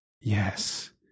Yes